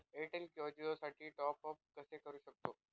Airtel किंवा जिओसाठी मी टॉप ॲप कसे करु शकतो?